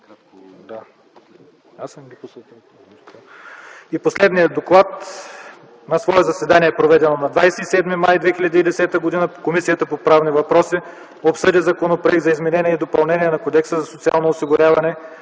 и последния доклад. „На свое заседание, проведено на 27 май 2010 г., Комисията по правни въпроси обсъди законопроект за изменение и допълнение на Кодекса за социалното осигуряване,